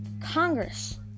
Congress